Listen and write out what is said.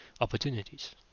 opportunities